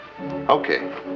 Okay